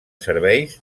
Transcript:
serveis